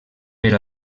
per